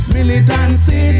Militancy